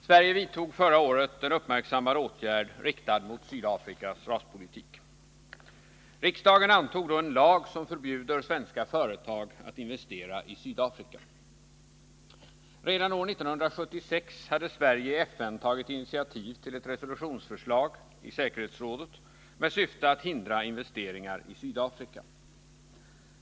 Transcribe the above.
Herr talman! Sverige vidtog förra året en uppmärksammad åtgärd riktad mot Sydafrikas raspolitik. Riksdagen antog då en lag som förbjuder svenska företag att investera i Sydafrika. Redan år 1976 hade Sverige i FN tagit initiativ till ett resolutionsförslag i säkerhetsrådet med syfte att hindra investeringar i Sydafrika.